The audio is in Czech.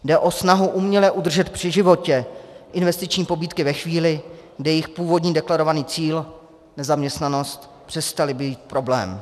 Jde o snahu uměle udržet při životě investiční pobídky ve chvíli, kdy jejich původní deklarovaný cíl, nezaměstnanost, přestal být problémem.